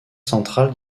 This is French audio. central